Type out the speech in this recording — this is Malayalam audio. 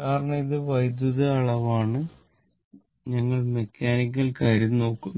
കാരണം ഇത് വൈദ്യുത അളവാണ് ഞങ്ങൾ മെക്കാനിക്കൽ കാര്യം നോക്കുന്നില്ല